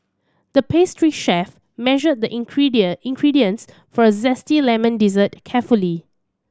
the pastry chef measured the ingredient ingredients for a zesty lemon dessert carefully